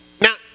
now